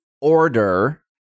order